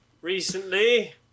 recently